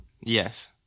Yes